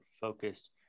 focused